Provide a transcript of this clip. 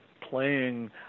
playing